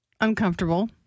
uncomfortable